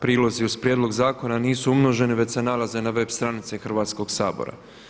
Prilozi uz prijedlog zakona nisu umnoženi već se nalaze na web stranici Hrvatskog sabora.